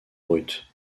brut